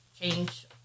change